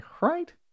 right